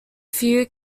few